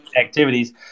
activities